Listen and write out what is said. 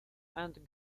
aunt